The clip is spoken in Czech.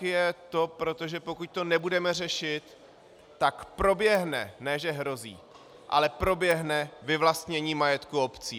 Je to proto, že pokud to nebudeme řešit, tak proběhne ne, že hrozí, ale proběhne vyvlastnění majetku obcí.